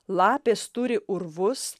lapės turi urvus